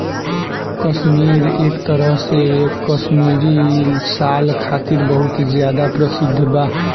काश्मीर एक तरह से काश्मीरी साल खातिर बहुत ज्यादा प्रसिद्ध बा